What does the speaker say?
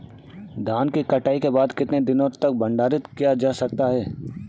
धान की कटाई के बाद कितने दिनों तक भंडारित किया जा सकता है?